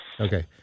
Okay